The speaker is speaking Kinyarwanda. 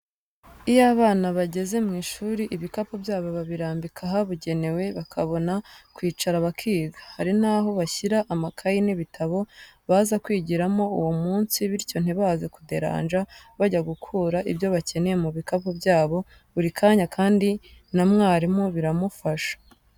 Iyo abana bageze mu ishuri ibikapu byabo babirambika ahabugenewe bakabona kwicara bakiga, hari n'aho bashyira amakayi n'ibitabo baza kwigiramo uwo munsi bityo ntibaze kuderanja bajya gukura ibyo bakeneye mu bikapu byabo buri kanya kandi na mwarimu biramufasha.